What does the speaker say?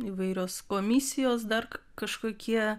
įvairios komisijos dar kažkokie